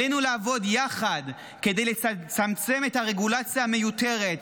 עלינו לעבוד יחד כדי לצמצם את הרגולציה המיותרת,